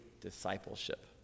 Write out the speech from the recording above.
discipleship